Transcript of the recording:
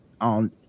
on